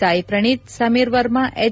Sai Praneeth Sameer Verma H